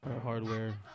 hardware